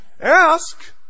Ask